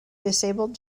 disabled